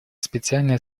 специальная